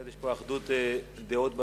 יש פה אחדות דעות בנושא.